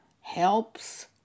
helps